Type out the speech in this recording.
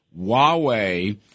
Huawei